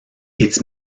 its